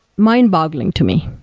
mind-boggling to me.